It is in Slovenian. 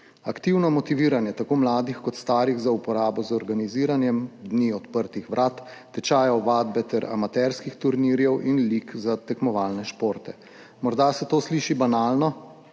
aktivno motiviranje tako mladih kot starih za uporabo z organiziranjem dni odprtih vrat, tečajev vadbe ter amaterskih turnirjev in lig za tekmovalne športe. Morda se to sliši banalno,